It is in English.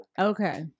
Okay